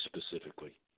specifically